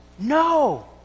No